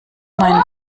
meinen